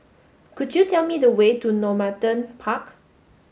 could you tell me the way to Normanton Park